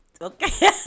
okay